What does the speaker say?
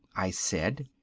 i said.